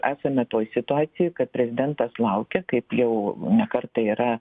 esame toj situacijoj kad prezidentas laukia kaip jau ne kartą yra